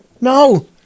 no